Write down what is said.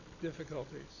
difficulties